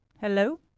Hello